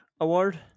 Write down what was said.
award